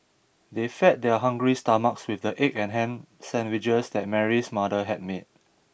they fed their hungry stomachs with the egg and ham sandwiches that Mary's mother had made